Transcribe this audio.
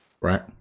right